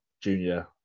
junior